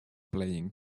playing